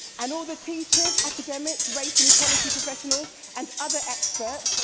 and all of the teachers, academic, race and equality professionals and other experts,